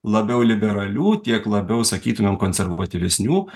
labiau liberalių tiek labiau sakytumėm konservatyvesnių